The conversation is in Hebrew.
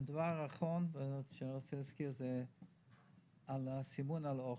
הדבר האחרון שאני רוצה להזכיר הוא סימון אדום על האוכל,